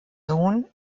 sohn